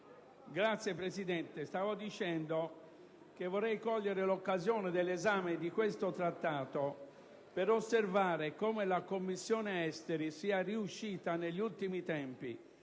Signora Presidente, vorrei cogliere l'occasione dell'esame di questo Trattato per osservare come la Commissione esteri sia riuscita negli ultimi tempi